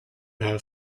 have